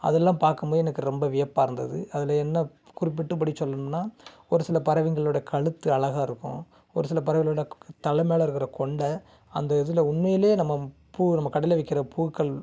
அதெல்லாம் பார்க்கும் போது எனக்கு ரொம்ப வியப்பாக இருந்தது அதில் என்ன குறிப்பிட்டுபடி சொல்லணுன்னால் ஒரு சில பறவைங்களோடய கழுத்து அழகா இருக்கும் ஒரு சில பறவைகளோடய தலை மேல் இருக்கிற கொண்டை அந்த இதில் உண்மையிலயே நம்ம பூ நம்ம கடையில் விற்கிற பூக்கள்